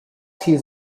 hears